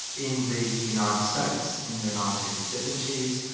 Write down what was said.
in the united states, in the nineteen seventy s,